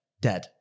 dead